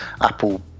apple